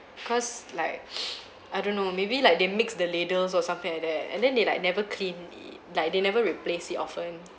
cause like I don't know maybe like they mix the ladles or something like that and then they like never clean it like they never replace it often